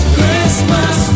Christmas